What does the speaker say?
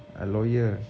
I loyal